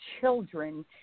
children